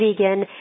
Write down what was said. Vegan